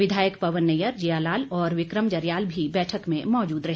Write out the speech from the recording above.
विधायक पवन नैयर जीया लाल और विक्रम जरयाल भी बैठक में मौजूद रहे